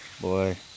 boy